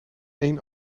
één